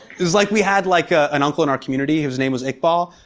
it was like, we had like, ah an uncle in our community, his name was iqbal.